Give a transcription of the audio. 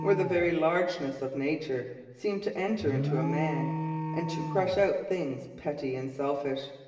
where the very largeness of nature seemed to enter into a man and to crush out things petty and selfish?